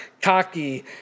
Cocky